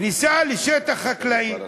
כניסה לשטח חקלאי.